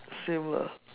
same lah